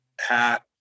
hat